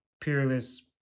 peerless